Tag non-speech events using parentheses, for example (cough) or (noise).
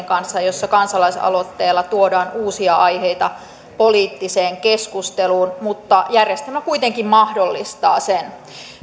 (unintelligible) kanssa jossa kansalaisaloitteella tuodaan uusia aiheita poliittiseen keskusteluun mutta järjestelmä kuitenkin mahdollistaa sen